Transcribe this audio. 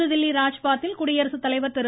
புதுதில்லி ராஜ்பாத்தில் குடியரசு தலைவர் திரு